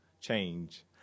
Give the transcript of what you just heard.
change